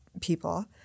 people